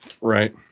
Right